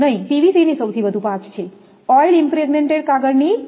નહીં પીવીસી ની સૌથી વધુ 5 છે ઓઇલ ઈમપ્રેગ્નેન્ટ કાગળ ની 3